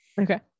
okay